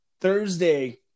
Thursday